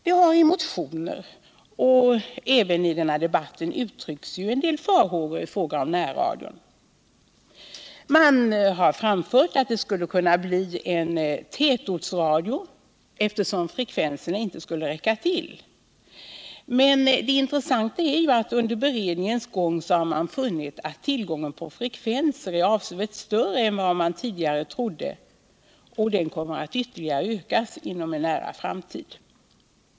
Det har i motioner och även i denna debatt uttryckts en del farhågor i fråga om närradion. Det har anförts att den skulle kunna bli en tätortsradio, eftersom frekvenserna inte skulle räcka till. Men det intressanta är ju att under beredningens gång har man funnit att tillgången på frekvenser är avsevärt större än vad man tidigare trodde, och den kommer att ytterligare ökas inom en nära framtid.